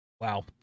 Wow